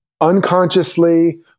unconsciously